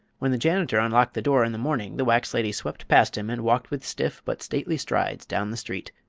when the janitor unlocked the door in the morning the wax lady swept past him and walked with stiff but stately strides down the street.